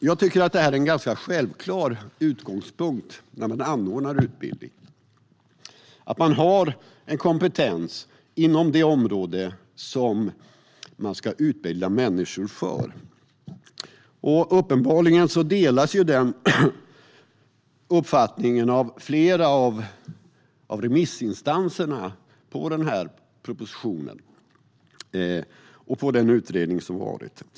Jag tycker att en ganska självklar utgångspunkt när man anordnar en utbildning är att man har kompetens inom det område som man ska utbilda människor för. Uppenbarligen delas den uppfattningen av flera av remissinstanserna på propositionen och på den utredning som gjorts.